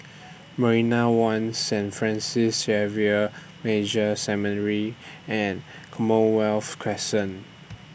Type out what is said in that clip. Marina one Saint Francis Xavier Major Seminary and Commonwealth Crescent